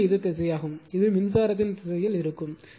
ஏனெனில் இது திசையாகும் இது மின்சாரத்தின் திசையில் இருக்கும்